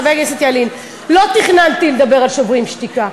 חבר הכנסת ילין: לא תכננתי לדבר על "שוברים שתיקה",